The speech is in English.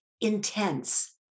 Intense